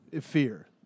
Fear